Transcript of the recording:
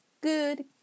good